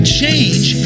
change